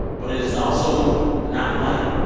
but it is also not funny.